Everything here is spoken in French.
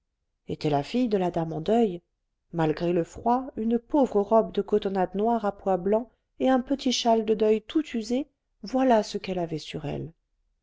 était la fille de la dame en deuil malgré le froid une pauvre robe de cotonnade noire à pois blancs et un petit châle de deuil tout usé voilà ce qu'elle avait sur elle